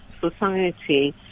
society